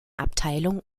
abteilungen